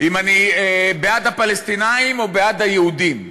אם אני בעד הפלסטינים או בעד היהודים.